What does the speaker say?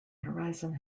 horizon